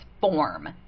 form